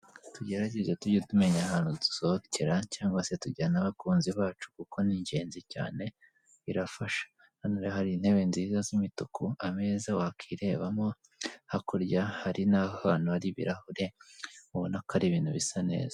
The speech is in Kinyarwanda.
Tugerageze tujye tumenya ahantu dusohokera cyangwa se tujyana abakunzi bacu kuko ni ingenzi cyane birafasha, hano hari intebe nziza z'imituku ameza wakiremo, hakurya hari n'ahantu hari ibirahure ubona ko ari ibintu bisa neza.